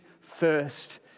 first